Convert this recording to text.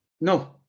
No